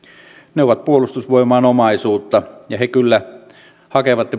ne ovat puolustusvoimain omaisuutta ja he kyllä hakevat